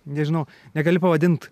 nežinau negali pavadint